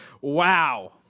Wow